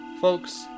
Folks